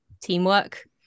teamwork